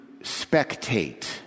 spectate